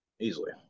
easily